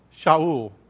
Shaul